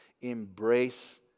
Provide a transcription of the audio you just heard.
Embrace